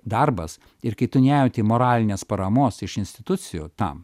darbas ir kai tu nejauti moralinės paramos iš institucijų tam